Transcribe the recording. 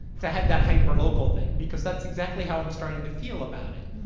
to have that hyper-local thing, because that's exactly how i'm starting to feel about it.